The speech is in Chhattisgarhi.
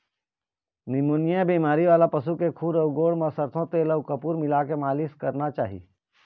निमोनिया बेमारी वाला पशु के खूर अउ गोड़ म सरसो तेल अउ कपूर मिलाके मालिस करना चाही